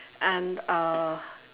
and uh